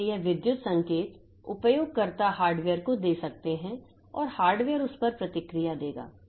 इसलिए ये विद्युत संकेत उपयोगकर्ता हार्डवेयर को दे सकते हैं और हार्डवेयर उस पर प्रतिक्रिया देगा